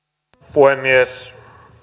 puhemies